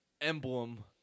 emblem